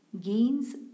gains